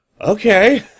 Okay